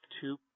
two